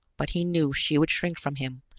but he knew she would shrink from him,